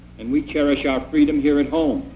and we cherish our freedom here at home.